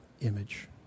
image